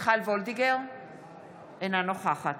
א', אחרי התייעצות עם הוריה, החליטה ללכת